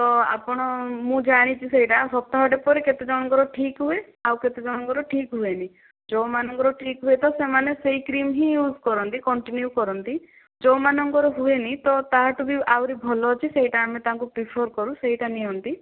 ତ ଆପଣ ମୁଁ ଜାଣିଛି ସେଇଟା ସପ୍ତାହ ଟେ ପରେ କେତେ ଜଣଙ୍କର ଠିକ୍ ହୁଏ ଆଉ କେତେ ଜଣଙ୍କର ଠିକ୍ ହୁଏନି ଯେଉଁମାନଙ୍କର ଠିକ୍ ହୁଏ ତ ସେମାନେ ସେଇ କ୍ରିମ ହିଁ ୟୁଜ୍ କରନ୍ତି କଣ୍ଟିନିଉ କରନ୍ତି ଯୋଉଁମାନଙ୍କର ହୁଏନି ତ ତାଠୁ ବି ଆହୁରି ଭଲ ଅଛି ସେଇଟା ଆମେ ତାଙ୍କୁ ପ୍ରିଫର କରୁ ସେଇଟା ନିଅନ୍ତି